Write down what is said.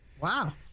Wow